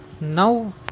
now